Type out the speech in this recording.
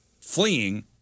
fleeing